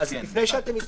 לפני שאתם מתייחסים,